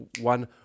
one